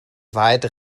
weit